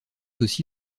aussi